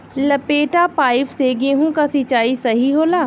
लपेटा पाइप से गेहूँ के सिचाई सही होला?